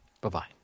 Bye-bye